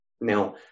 Now